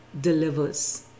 delivers